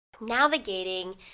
navigating